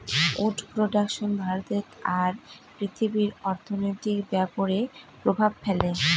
would production ভারতে আর পৃথিবীর অর্থনৈতিক ব্যাপরে প্রভাব ফেলে